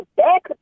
back